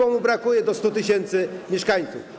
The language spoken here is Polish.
że mu brakuje do 100 tys. mieszkańców.